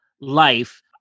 life